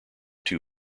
two